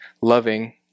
loving